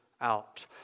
out